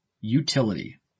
Utility